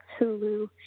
Hulu